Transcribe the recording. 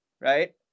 right